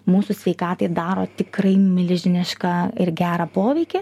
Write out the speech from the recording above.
mūsų sveikatai daro tikrai milžinišką ir gerą poveikį